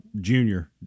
Junior